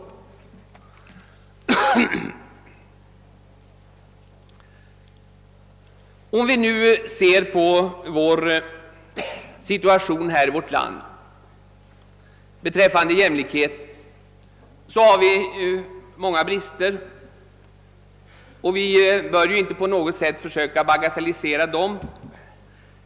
| Det finns många brister i vårt land i fråga om jämlikheten och vi bör inte på något sätt försöka bagatellisera dem.